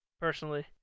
Personally